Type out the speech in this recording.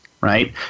Right